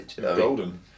Golden